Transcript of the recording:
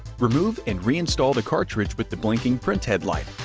remove and reinstall the cartridge with the blinking printhead light.